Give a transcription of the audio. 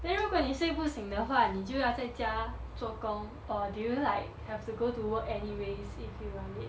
then 如果妳睡不醒的话你就要在家做工 or do you like have to go to work anyway if you are late